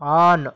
on